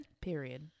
Period